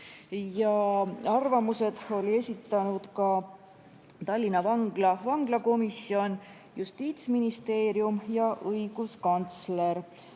Arvamused olid esitanud ka Tallinna Vangla vanglakomisjon, Justiitsministeerium ja õiguskantsler.